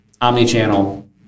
omni-channel